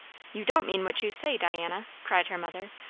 you don't mean what you say, diana! cried her mother,